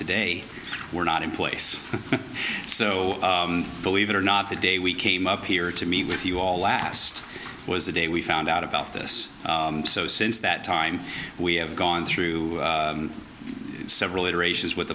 today were not in place so believe it or not the day we came up here to meet with you all last was the day we found out about this so since that time we have gone through several it